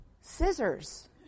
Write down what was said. scissors